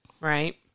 Right